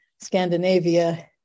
scandinavia